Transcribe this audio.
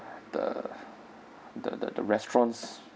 the the the restaurants